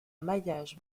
maillage